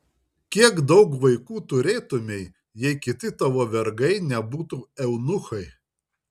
kiek daug vaikų turėtumei jei kiti tavo vergai nebūtų eunuchai